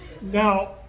Now